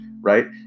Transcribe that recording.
Right